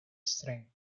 strength